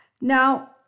Now